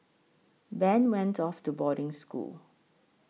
Ben went off to boarding school